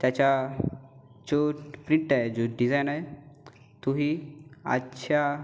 त्याचा जो फिट आहे जो डिझाईन आहे तोही आजच्या